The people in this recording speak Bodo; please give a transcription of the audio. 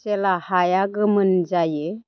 जेला हाया गोमोन जायो